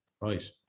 Right